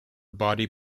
body